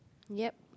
yep